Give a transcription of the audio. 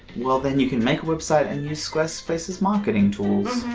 well then you can make a website and use squarespace's marketing tools.